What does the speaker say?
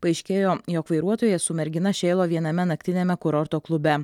paaiškėjo jog vairuotojas su mergina šėlo viename naktiniame kurorto klube